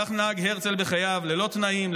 כך נהג הרצל בחייו ללא תנאים,